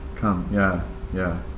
calm ya ya